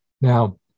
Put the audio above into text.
Now